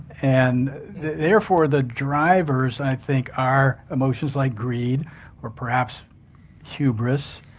and therefore the drivers i think are emotions like greed or perhaps hubris,